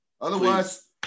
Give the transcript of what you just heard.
Otherwise